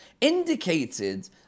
Indicated